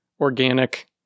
organic